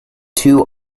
two